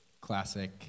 classic